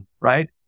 right